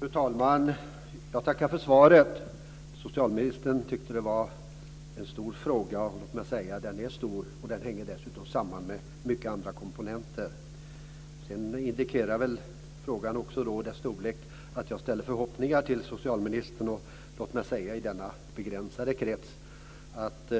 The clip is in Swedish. Fru talman! Jag tackar för svaret. Socialministern tyckte att det var en stor fråga. Den är stor, och den hänger samman med många andra komponenter. Frågan och dess storlek indikerar väl också att jag ställer förhoppningar till socialministern. Låt mig säga i denna begränsade krets att